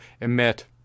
emit